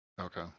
Okay